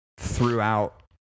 Throughout